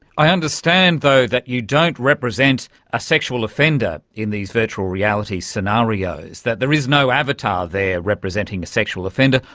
i understand though that you don't represent a sexual offender in these virtual reality scenarios, that there is no avatar there representing a sexual offender.